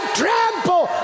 trample